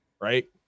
right